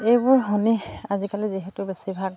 এইবোৰ শুনি আজিকালি যিহেতু বেছিভাগ